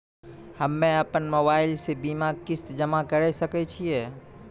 हम्मे अपन मोबाइल से बीमा किस्त जमा करें सकय छियै?